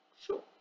sure